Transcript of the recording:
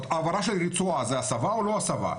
העברה של רצועה, זו הסבה או לא הסבה?